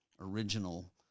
original